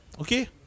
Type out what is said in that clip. Okay